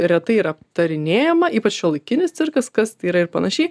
retai yra aptarinėjama ypač šiuolaikinis cirkas kas tai yra ir panašiai